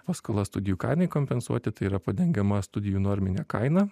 paskola studijų kainai kompensuoti tai yra padengiama studijų norminė kaina